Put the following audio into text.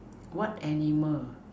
what animal